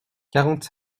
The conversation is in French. quarante